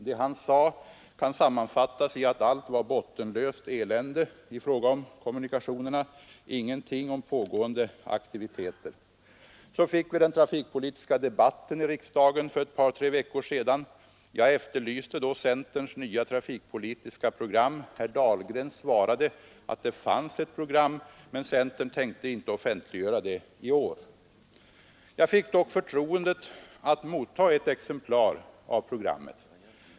Det han sade kan sammanfattas i att allt var bottenlöst elände i fråga om kommunikationerna. Han sade ingenting om pågående aktiviteter. Så fick vi den trafikpolitiska debatten i riksdagen för ett par tre veckor sedan. Jag efterlyste då centerns nya trafikpolitiska program. Herr Dahlgren svarade att det fanns ett program, men centern tänkte inte offentliggöra det i år. Jag fick dock förtroendet att motta ett exemplar av programmet.